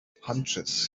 hunches